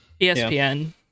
ESPN